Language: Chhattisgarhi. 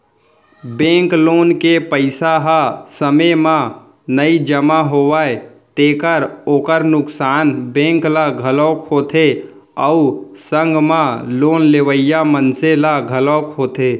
बेंक लोन के पइसा ह समे म नइ जमा होवय तेखर ओखर नुकसान बेंक ल घलोक होथे अउ संग म लोन लेवइया मनसे ल घलोक होथे